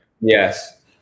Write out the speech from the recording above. Yes